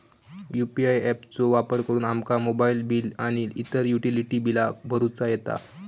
UPI app चो वापर करुन आमका मोबाईल बिल आणि इतर युटिलिटी बिला भरुचा येता